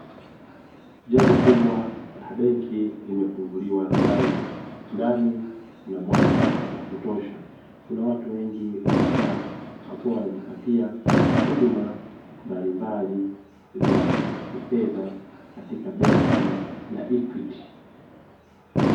Jengo kubwa la benki limefunguliwa milango ndani kuna mwanga wa kutosha, kuna watu wengi wamekaa wakiwa wanajipatia huduma mbalimbali za kifedha katika “benki ya Equity”.